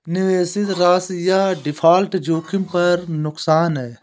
निवेशित राशि या डिफ़ॉल्ट जोखिम पर नुकसान है